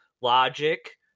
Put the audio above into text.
logic